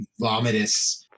vomitous